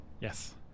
yes